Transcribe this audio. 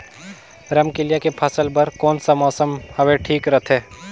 रमकेलिया के फसल बार कोन सा मौसम हवे ठीक रथे?